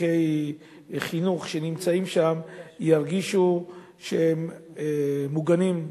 שליחי חינוך שנמצאים שם, ירגישו שהם מוגנים.